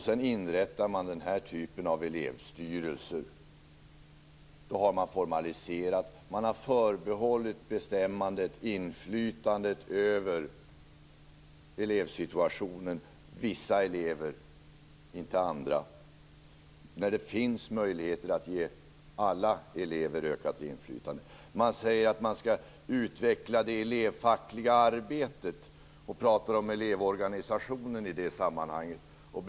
Sedan inrättar man denna typ av elevstyrelser. Då har man formaliserat. Man har förbehållit bestämmandet, inflytandet över elevsituationen, till vissa elever när det finns möjligheter att ge alla elever ökat inflytande. Man säger att man skall utveckla det elevfackliga arbetet och pratar i det sammanhanget om Elevorganisationen.